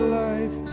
life